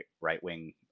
right-wing